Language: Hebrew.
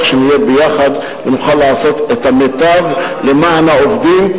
שנהיה יחד ונוכל לעשות את המיטב למען העובדים,